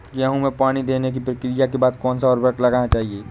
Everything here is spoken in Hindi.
गेहूँ में पानी देने की प्रक्रिया के बाद कौन सा उर्वरक लगाना चाहिए?